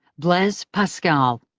blaise pascal.